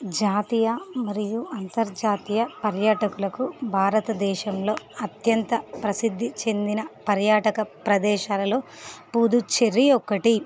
జాతీయ మరియు అంతర్జాతీయ పర్యాటకులకు భారతదేశంలో అత్యంత ప్రసిద్ధి చెందిన పర్యాటక ప్రదేశాలలో పుదుచ్చేరి ఒకటి